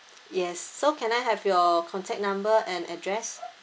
yes so can I have your contact number and address